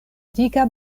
dika